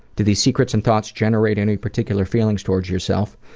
do these secrets and thoughts generate any particular feelings towards yourself?